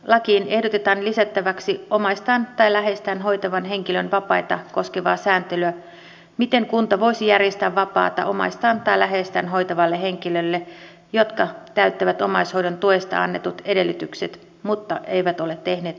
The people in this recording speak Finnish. lakiin ehdotetaan lisättäväksi omaistaan tai läheistään hoitavan henkilön vapaita koskevaa sääntelyä miten kunta voisi järjestää vapaata omaistaan tai läheistään hoitavalle henkilölle kun omaishoidon tuesta annetut edellytykset täyttyvät mutta ei ole tehty omaishoitosopimusta